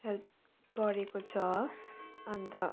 help गरेको छ अनि त